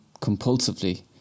compulsively